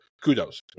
Kudos